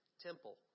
temple